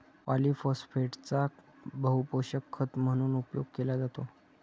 पॉलिफोस्फेटचा बहुपोषक खत म्हणून उपयोग केला जातो